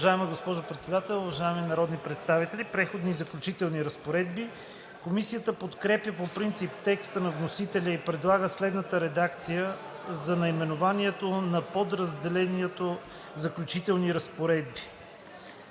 Уважаема госпожо Председател, уважаеми народни представители! „Преходни и заключителни разпоредби“. Комисията подкрепя по принцип текста на вносителя и предлага следната редакция за наименованието на подразделението: „Заключителни разпоредби“.